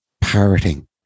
parroting